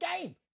game